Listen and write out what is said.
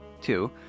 Two